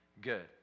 good